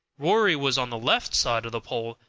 rory was on the left side of the pole,